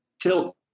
tilt